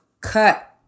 cut